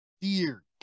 Dear